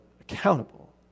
accountable